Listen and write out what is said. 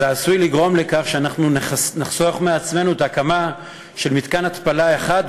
זה עשוי לגרום לכך שנחסוך לעצמנו את ההקמה של מתקן התפלה אחד,